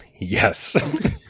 yes